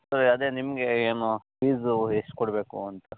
sir ಅದೇ ನಿಮಗೆ ಏನು ಫೀಸು ಎಷ್ಟು ಕೋಡಬೇಕು ಅಂತ